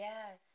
Yes